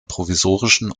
provisorischen